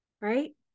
right